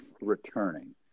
returning